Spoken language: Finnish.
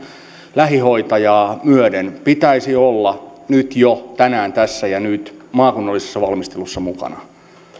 lähihoitajaa myöden pitäisi olla nyt jo tänään tässä ja nyt maakunnallisessa valmistelussa mukana